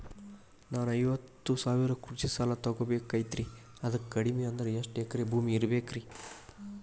ನಾನು ಐವತ್ತು ಸಾವಿರ ಕೃಷಿ ಸಾಲಾ ತೊಗೋಬೇಕಾಗೈತ್ರಿ ಅದಕ್ ಕಡಿಮಿ ಅಂದ್ರ ಎಷ್ಟ ಎಕರೆ ಭೂಮಿ ಇರಬೇಕ್ರಿ?